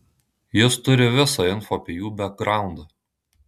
jis turi visą info apie jų bekgraundą